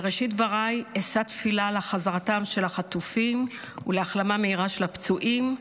בראשית דבריי אשא תפילה לחזרתם של החטופים ולהחלמה מהירה של הפצועים.